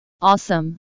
awesome